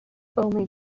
only